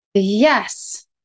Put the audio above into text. Yes